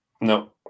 No